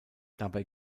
dabei